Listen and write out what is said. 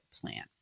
plan